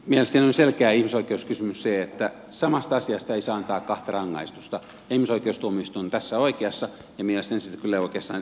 mielestäni on selkeä ihmisoi keuskysymys se että samasta asiasta ei saa antaa kahta rangaistusta ja ihmisoikeustuomioistuin on tässä oikeassa ja mielestäni sitä kyllä oikeastaan edellyttää myöskin suomen perustuslaki